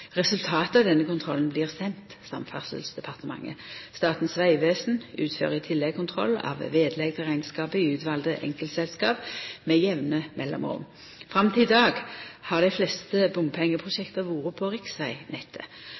Resultatet av denne kontrollen blir sendt Samferdselsdepartementet. Statens vegvesen utfører i tillegg kontroll av vedlegg til rekneskapen i utvalde enkeltselskap med jamne mellomrom. Fram til i dag har dei fleste bompengeprosjekta vore på